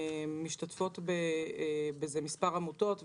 משתתפות בזה מספר עמותות.